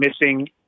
missing